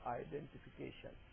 identification